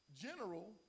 General